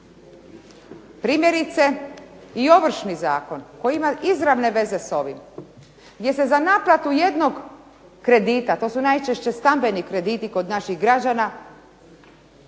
Primjerice i Ovršni zakon koji ima izravne veze s ovim gdje se za naplatu jednog kredita, to su najčešće stambeni krediti kod naših građana